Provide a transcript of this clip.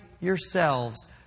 yourselves